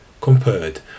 compared